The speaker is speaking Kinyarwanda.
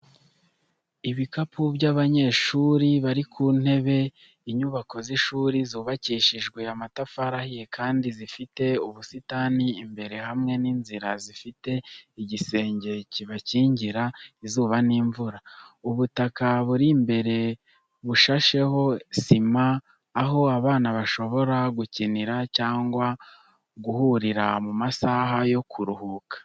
Ibikapu by’abanyeshuri biri ku ntebe, inyubako z’ishuri zubakishijwe amatafari ahiye, kandi zifite ubusitani imbere hamwe n’inzira zifite igisenge kibakingira izuba n’imvura. Ubutaka buri imbere bushasheho sima, aho abana bashobora gukinira cyangwa guhurira mu masaha yo kuruhuka.